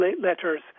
letters